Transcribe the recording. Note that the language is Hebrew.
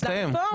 הסתיים.